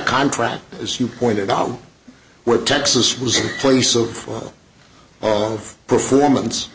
contract as you pointed out with texas was a place of all performance